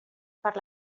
per